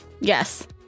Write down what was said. Yes